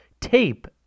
tape